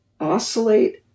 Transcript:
oscillate